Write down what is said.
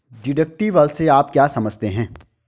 Deductible से आप क्या समझते हैं?